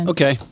Okay